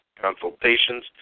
consultations